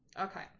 Okay